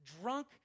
drunk